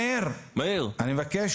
מאיר, אני מבקש.